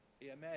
imagine